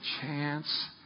chance